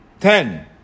ten